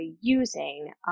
using